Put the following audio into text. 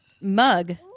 mug